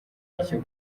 icyo